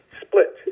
split